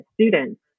students